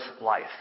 life